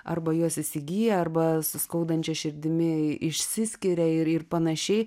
arba juos įsigyja arba su skaudančia širdimi išsiskiria ir ir panašiai